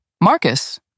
Marcus